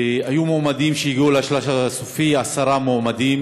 היו עשרה מועמדים